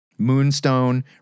Moonstone